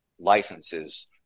licenses